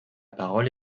parole